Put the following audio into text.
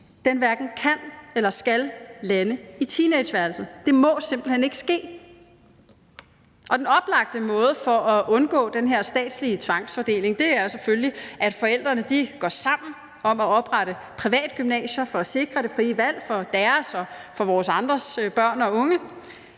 hverken kan eller skal lande i teenageværelset, det må simpelt hen ikke ske. Den oplagte måde for at undgå den her statslige tvangsfordeling er selvfølgelig, at forældrene går sammen om at oprette private gymnasier for at sikre det frie valg for deres og for vores andres børn og unge;